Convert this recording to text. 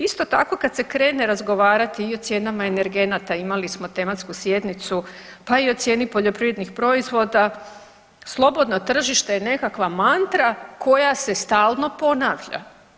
Isto tako kad se krene razgovarati i o cijenama energenata, imali smo tematsku sjednicu, pa i o cijeni poljoprivrednih proizvoda, slobodno tržište je nekakva mantra koja se stalno ponavlja.